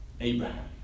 Abraham